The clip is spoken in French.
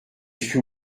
fut